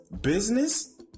business